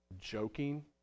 joking